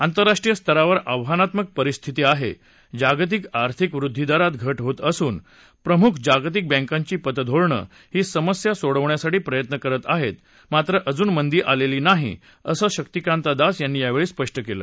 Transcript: आंतरराष्ट्रीय स्तरावर आव्हानात्मक परिस्थिती आहे जागतिक आर्थिक वृद्वी दरात घट होत असून प्रमुख जागतिक बँकांची पतधोरणं ही समस्या सोडवण्यासाठी प्रयत्न करत आहेत मात्र अजून मंदी आलेली नाही असं शक्तिकांत दास यांनी यावेळी स्पष्ट केलं